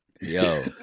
Yo